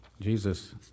Jesus